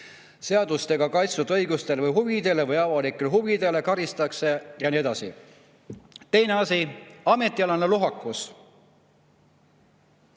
seadusega kaitstud õigustele või huvidele või avalikele huvidele, karistatakse ja nii edasi. Teine asi, ametialane lohakus: